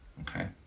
okay